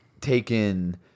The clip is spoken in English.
taken